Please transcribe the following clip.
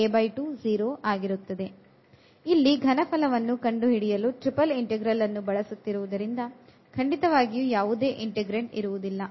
ಇಲ್ಲಿ ಇಲ್ಲಿ ಘನಫಲವನ್ನು ಕಂಡುಹಿಡಿಯಲು ಟ್ರಿಪಲ್ ಇಂಟೆಗ್ರಲ್ ಅನ್ನು ಬಳಸುತ್ತಿರುವುದರಿಂದ ಖಂಡಿತ ವಾಗಿಯೂ ಯಾವುದೇ integrand ಇರುವುದಿಲ್ಲ